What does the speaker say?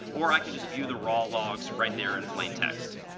or i could just view the raw logs right there in plain text.